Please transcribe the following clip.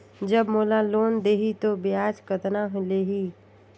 जब मोला लोन देही तो ब्याज कतना लेही?